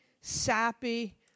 sappy